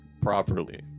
properly